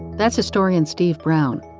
that's historian steve brown.